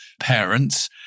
parents